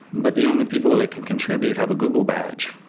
but the only people that can contribute have a google badge,